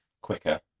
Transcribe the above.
quicker